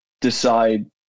decide